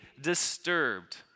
disturbed